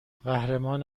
قهرمان